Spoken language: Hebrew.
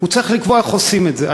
הוא צריך לקבוע איך עושים את זה.